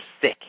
sick